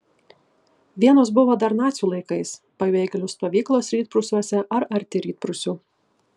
vienos buvo dar nacių laikais pabėgėlių stovyklos rytprūsiuose ar arti rytprūsių